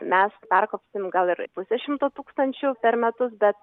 mes perkopsim gal ir pusę šimto tūkstančių per metus bet